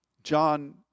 John